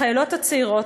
החיילות הצעירות,